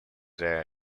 their